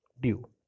due